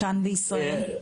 כאן בישראל?